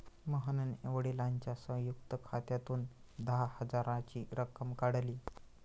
मोहनने वडिलांच्या संयुक्त खात्यातून दहा हजाराची रक्कम काढली